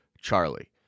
Charlie